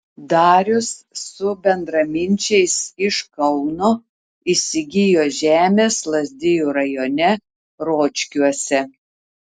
darius su bendraminčiais iš kauno įsigijo žemės lazdijų rajone ročkiuose